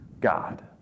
God